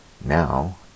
now